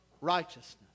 righteousness